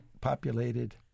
populated